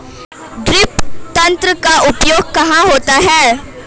Drip तंत्र का उपयोग कहाँ होता है?